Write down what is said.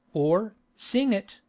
or, seeing it,